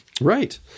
Right